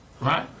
right